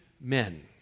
men